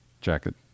jacket